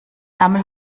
ärmel